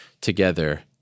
together